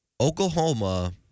Oklahoma